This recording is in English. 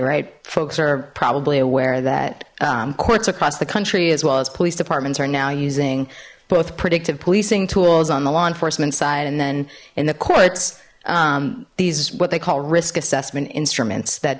right folks are probably aware that courts across the country as well as police departments are now using both predictive policing tools on the law enforcement side and then in the courts these what they call risk assessment instruments that